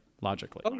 Logically